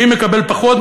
מי מקבל פחות?